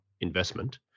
investment